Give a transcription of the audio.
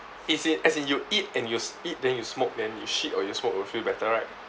is it as in you eat and you sm~ eat then you smoke then you shit or you smoke you will feel better right